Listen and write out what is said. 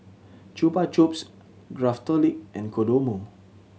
Chupa Chups Craftholic and Kodomo